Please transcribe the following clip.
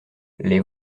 les